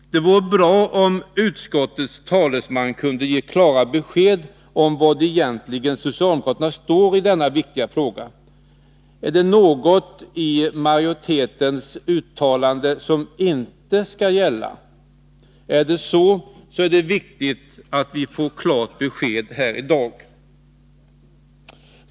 Det vore bra om utskottets talesman kunde ge klara besked om var socialdemokraterna egentligen står i denna viktiga fråga. Är det något i majoritetens uttalande som inte skall gälla? Är det så, så är det viktigt att vi får klart besked här i dag.